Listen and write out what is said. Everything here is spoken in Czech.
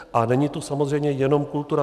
A není to samozřejmě jenom kultura.